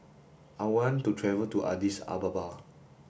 I want to travel to Addis Ababa